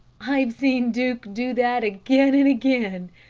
i've seen duke do that again and again,